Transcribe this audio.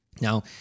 Now